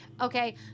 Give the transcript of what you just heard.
Okay